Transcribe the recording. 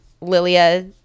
Lilia